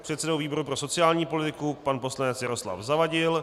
předsedou výboru pro sociální politiku pan poslanec Jaroslav Zavadil,